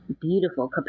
beautiful